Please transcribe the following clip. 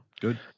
good